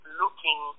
looking